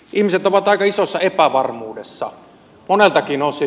ihmiset ovat aika isossa epävarmuudessa moneltakin osin